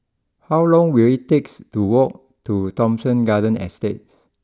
how long will it takes to walk to Thomson Garden Estate